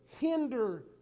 hinder